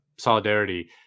solidarity